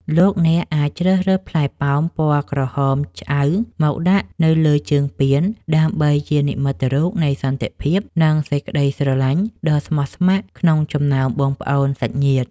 លោកអ្នកអាចជ្រើសរើសផ្លែប៉ោមពណ៌ក្រហមឆ្អៅមកដាក់នៅលើជើងពានដើម្បីជានិមិត្តរូបនៃសន្តិភាព និង សេចក្តីស្រឡាញ់ដ៏ស្មោះស្ម័គ្រក្នុងចំណោមបងប្អូនសាច់ញាតិ។